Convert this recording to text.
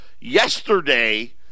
Yesterday